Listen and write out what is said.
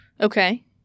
Okay